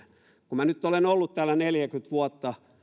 kun minä nyt olen ollut täällä neljäkymmentä vuotta